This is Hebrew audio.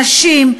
נשים,